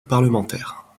parlementaires